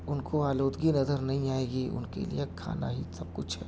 ان کو آلودگی نظر نہیں آئے گی ان کے لئے کھانا ہی سب کچھ ہے